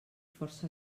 força